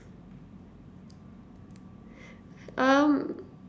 um